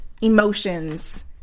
Emotions